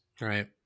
Right